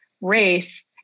race